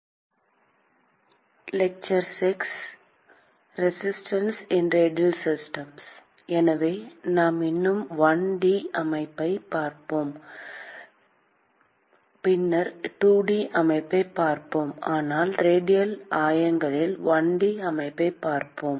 விரிவாக்கப்பட்ட மேற்பரப்புகள் 1 பொது உருவாக்கம் எனவே நான் இன்னும் 1 டி அமைப்பைப் பார்ப்பேன் பின்னர் 2 டி அமைப்பைப் பார்ப்போம் ஆனால் ரேடியல் ஆயங்களில் 1 டி அமைப்பைப் பார்ப்போம்